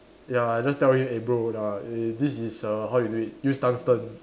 ya I just tell him eh bro lah eh this is err how you do it use tungsten